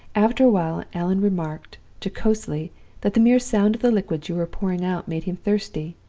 after a while allan remarked, jocosely, that the mere sound of the liquids you were pouring out made him thirsty.